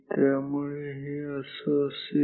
त्यामुळे हे असं असेल